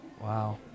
wow